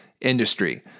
industry